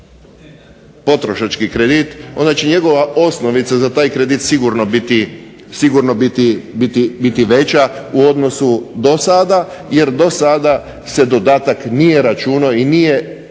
potrošački kredit onda će njegova osnovica za taj kredit sigurno biti veća u odnosu do sada, jer do sada se dodatak nije računao i nije